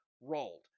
rolled